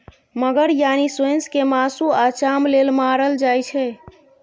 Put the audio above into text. मगर यानी सोंइस केँ मासु आ चाम लेल मारल जाइ छै